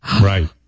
Right